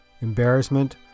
Embarrassment